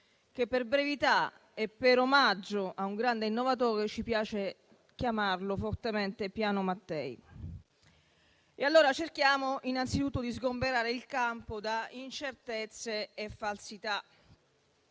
che per brevità e per omaggio a un grande innovatore ci piace fortemente chiamare Piano Mattei. Allora cerchiamo innanzitutto di sgomberare il campo da incertezze e falsità.